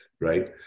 right